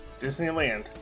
Disneyland